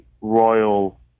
royal